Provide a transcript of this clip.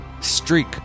streak